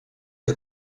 que